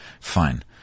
fine